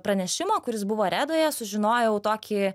pranešimo kuris buvo redoje sužinojau tokį